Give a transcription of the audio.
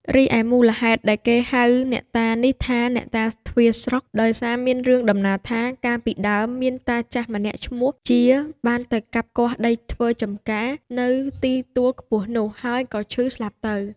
រីឯមូលហេតុដែលគេហៅអ្នកតានេះថា "អ្នកតាទ្វារស្រុក" ដោយសារមានរឿងតំណាលថា កាលពីដើម មានតាចាស់ម្នាក់ឈ្មោះ ជា បានទៅកាប់គាស់ដីធ្វើចម្ការនៅទីទួលខ្ពស់នោះ ហើយក៏ឈឺស្លាប់ទៅ ។